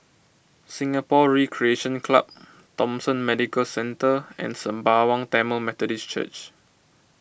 Singapore Recreation Club Thomson Medical Centre and Sembawang Tamil Methodist Church